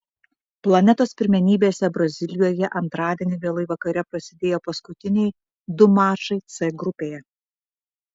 planetos pirmenybėse brazilijoje antradienį vėlai vakare prasidėjo paskutiniai du mačai c grupėje